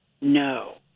no